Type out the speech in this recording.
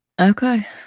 Okay